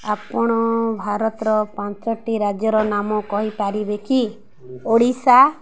ଆପଣ ଭାରତର ପାଞ୍ଚଟି ରାଜ୍ୟର ନାମ କହିପାରିବେ କି ଓଡ଼ିଶା